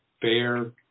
fair